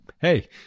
Hey